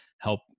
help